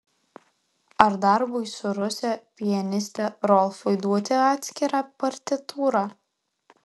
ar darbui su ruse pianiste rolfui duoti atskirą partitūrą